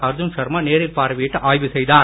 அர்ஜுன் ஷர்மா நேரில் பார்வையிட்டு ஆய்வு செய்தார்